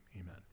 amen